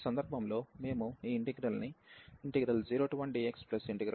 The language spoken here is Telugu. ఈ సందర్భంలో మేము ఈ ఇంటిగ్రల్ ను 01dx 1 dx గా విచ్ఛిన్నం చేస్తాము